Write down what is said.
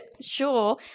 sure